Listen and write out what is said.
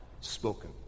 spoken